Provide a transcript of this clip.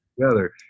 together